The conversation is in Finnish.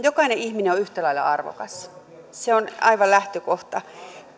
jokainen ihminen on yhtä lailla arvokas se on aivan lähtökohta